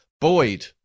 Boyd